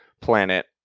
planet